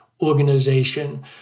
organization